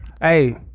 Hey